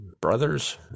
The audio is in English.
brothers